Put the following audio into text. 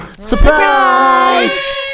Surprise